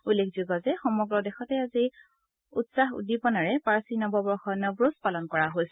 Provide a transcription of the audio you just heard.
উল্লেখ যোগ্য যে সমগ্ৰ দেশতে আজি উৎসাব উদ্দিপনাৰে পাৰ্চী নৱবৰ্ষ নৱৰোজ পালন কৰা হৈছে